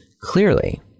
clearly